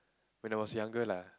when I was younger lah